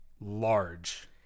Large